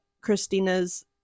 Christina's